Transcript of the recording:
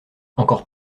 encore